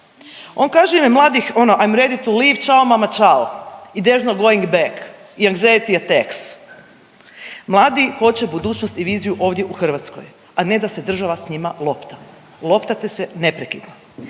On kaže u ime mladih ono I'am ready to leave, ćao mama ćao i there is no going back i anxiety attacks. Mladi hoće budućnost i viziju ovdje u Hrvatskoj, a ne da se država s njima lopta. Loptate se neprekidno.